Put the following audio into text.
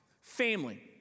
family